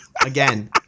again